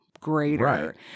greater